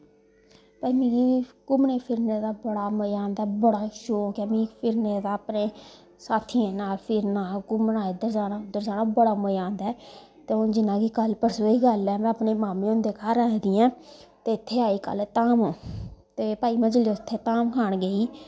भाई मिगी बी घूमने फिरने दा बड़ा मज़ा आंदा बड़ा शौंक ऐ मिगी फिरने दा अपने साथियें नाल फिरना घूमना इध्दर जाना उध्दर जाना बड़ा मज़ा आंदा ऐ ते हून जियां कल परसूं दी गल्ल ऐ में अपने मामू उं'दे घर आई दियां आं ते इत्थें आई कल धाम ते भाई जिसले में उत्थें धाम खान गेई